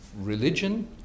religion